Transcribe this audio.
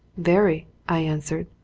very, i answered.